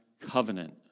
covenant